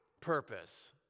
purpose